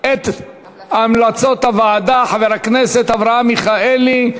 את המלצות הוועדה חבר הכנסת אברהם מיכאלי.